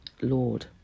Lord